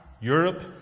Europe